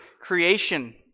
creation